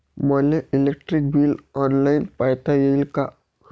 मले electric bill online पायता येईन का?